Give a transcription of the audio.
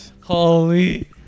holy